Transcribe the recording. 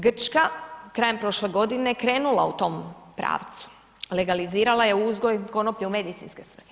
Grčka, krajem prošle godine, je krenula u tom pravcu, legalizirala je uzgoj konoplje u medicinske svrhe.